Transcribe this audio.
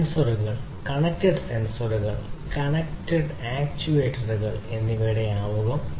സെൻസറുകൾ കണക്റ്റഡ് സെൻസറുകൾ കണക്റ്റഡ് ആക്യുവേറ്ററുകൾ എന്നിവയുടെ ആമുഖം